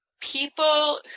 people